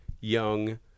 young